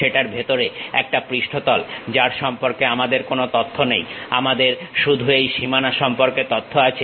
সেটার ভেতরে একটা পৃষ্ঠতল যার সম্পর্কে আমাদের কোনো তথ্য নেই আমাদের শুধু এই সীমানা সম্পর্কে তথ্য আছে